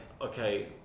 okay